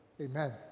Amen